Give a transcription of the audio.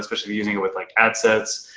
especially using it with like ad sets,